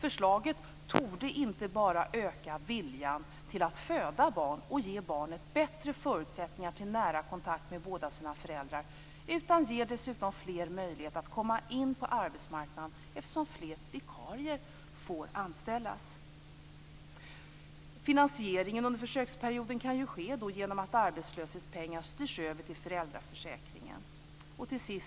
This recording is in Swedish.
Förslaget torde inte bara öka viljan till att föda barn och ge barnet bättre förutsättningar till nära kontakt med båda föräldrarna, utan ge fler möjlighet att komma in på arbetsmarknaden eftersom fler vikarier måste anställas. Finansieringen under försöksperioden kan ske genom att arbetslöshetspengar styrs över till föräldraförsäkringen. Herr talman!